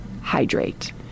hydrate